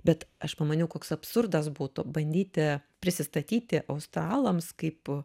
bet aš pamaniau koks absurdas būtų bandyti prisistatyti australams kaip